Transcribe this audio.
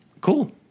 Cool